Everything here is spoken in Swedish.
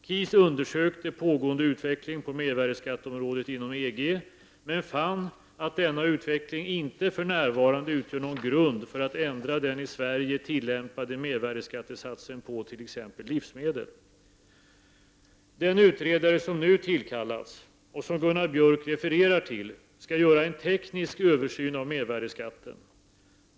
KIS undersökte pågående utveckling på mervärdeskatteområdet inom EG, men fann att denna utveckling inte för närvarande utgör någon grund för att ändra den i Sverige tillämpade mervärdeskattesatsen på t.ex. livsmedel. Den utredare som nu tillkallats, och som Gunnar Björk refererar till, skall göra en teknisk översyn av mervärdeskatten.